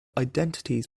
identities